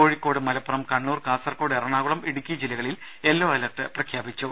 കോഴിക്കോട് മലപ്പുറം കണ്ണൂർ കാസർകോട് എറണാകുളം ഇടുക്കി ജില്ലകളിൽ yellow alert പ്രഖ്യാപിച്ചു